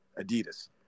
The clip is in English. adidas